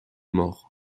mort